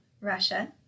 Russia